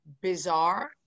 bizarre